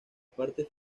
parte